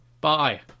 bye